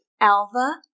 Alva